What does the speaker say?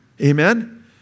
Amen